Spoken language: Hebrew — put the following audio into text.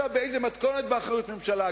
באיזו מתכונת באחריות הממשלה?